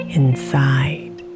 inside